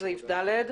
את סעיף (ד),